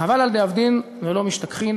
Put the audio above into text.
חבל על דאבדין ולא משתכחין.